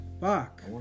fuck